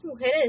mujeres